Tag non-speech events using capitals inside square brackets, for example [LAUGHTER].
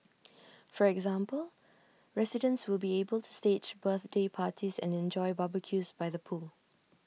[NOISE] for example residents will be able to stage birthday parties and enjoy barbecues by the pool